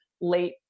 late